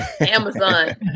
Amazon